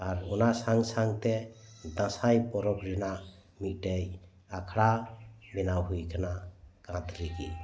ᱟᱨ ᱚᱱᱟ ᱥᱟᱶ ᱥᱟᱶᱛᱮ ᱫᱟᱥᱟᱭ ᱯᱚᱨᱚᱵᱽ ᱨᱮᱱᱟᱜ ᱢᱤᱫ ᱴᱮᱱ ᱟᱠᱷᱟᱲᱟ ᱵᱮᱱᱟᱣ ᱦᱳᱭ ᱟᱠᱟᱱᱟ ᱠᱟᱸᱛ ᱨᱮᱜᱮ